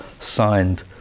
signed